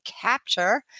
capture